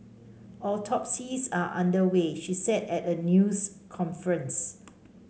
autopsies are under way she said at a news conference